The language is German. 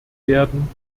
werden